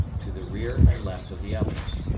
to the rear and left of the others.